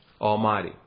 Almighty